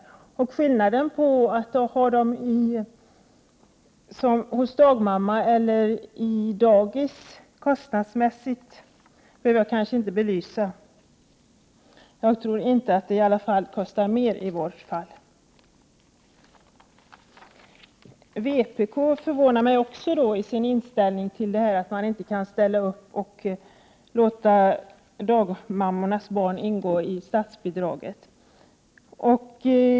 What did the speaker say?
Den kostnadsmässiga skillnaden mellan att ha barn hos dagmamma eller i dagis behöver jag kanske inte bevisa. Jag tror dock inte att det kostar mera i vårt fall. Vpk förvånar mig också med sin inställning att man inte kan ställa upp och låta dagmammornas barn ingå i fråga om statsbidraget.